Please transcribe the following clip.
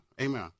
Amen